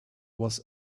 was